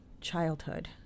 childhood